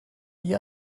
ihr